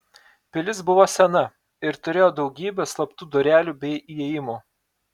pilis buvo sena ir turėjo daugybę slaptų durelių bei įėjimų